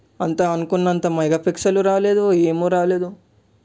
అంత అనుకున్నంత మెగాపిక్సల్ రాలేదు ఏమీ రాలేదు